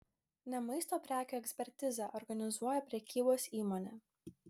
ne maisto prekių ekspertizę organizuoja prekybos įmonė